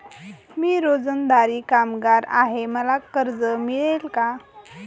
मी रोजंदारी कामगार आहे मला कर्ज मिळेल का?